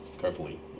carefully